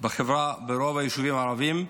ברוב היישובים הערביים.